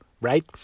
right